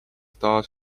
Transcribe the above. taas